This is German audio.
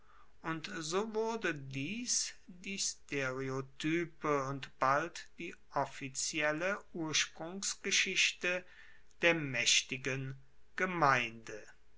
und so wurde dies die stereotype und bald die offizielle ursprungsgeschichte der maechtigen gemeinde